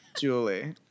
Julie